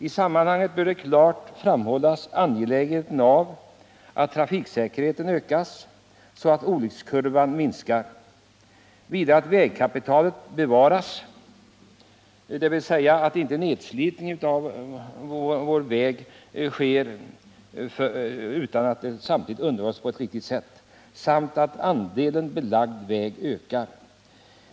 I sammanhanget bör klart framhållas angelägenheten av att trafiksäkerheten ökas så att olyckskurvan minskar, att vägkapitalet bevaras —dvs. att inte en nedslitning av vägarna sker samtidigt som underhållet eftersätts — samt att andelen belagd väg ökar.